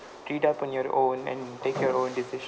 read up on your own and make your own decisions